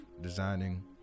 designing